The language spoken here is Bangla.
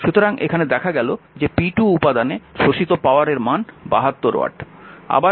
সুতরাং এখানে দেখা গেল যে p2 উপাদানে শোষিত পাওয়ারের মান 72 ওয়াট